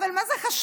אבל מה זה חשוב,